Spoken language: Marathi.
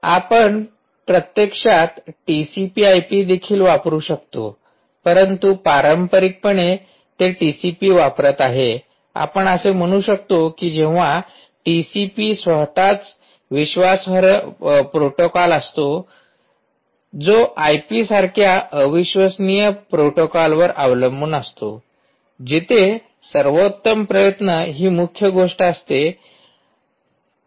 आपण प्रत्यक्षात टीसीपी आयपी देखील वापरू शकतो परंतु पारंपारिकपणे ते टीसीपी वापरत आहेत आपण असे म्हणू शकता की जेव्हा टीसीपी स्वतःच विश्वासार्ह प्रोटोकॉल असतो जो आयपी सारख्या अविश्वसनीय प्रोटोकॉलवर अवलंबून असतो जिथे सर्वोत्तम प्रयत्न ही मुख्य गोष्ट असते